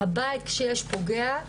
הבית שיש פוגע,